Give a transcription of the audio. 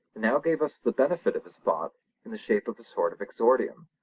now gave us the benefit of his thought in the shape of a sort of exordium.